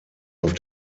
auf